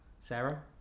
Sarah